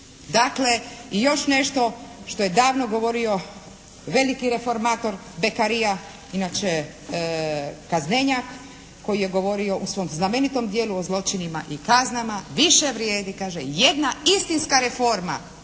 Dakle i još nešto što je davno govorio veliki reformator Bekarija inače kaznenjak koji je govorio u svom znamenitom djelu o zločinima i kaznama više vrijedi kaže jedna istinska reforma